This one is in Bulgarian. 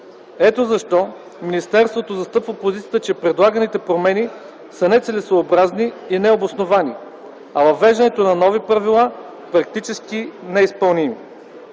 Ето защо министерството застъпва позицията, че предлаганите промени са нецелесъобразни и необосновани, а въвеждането на нови правила – практически неизпълнимо.